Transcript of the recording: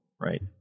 right